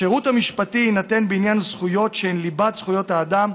השירות המשפטי יינתן בעניין זכויות שהן ליבת זכויות האדם,